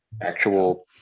actual